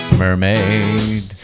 mermaid